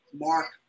mark